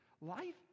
Life